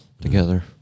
together